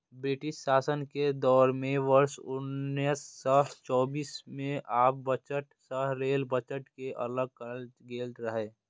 British शासन के दौर मे वर्ष उन्नैस सय चौबीस मे आम बजट सं रेल बजट कें अलग कैल गेल रहै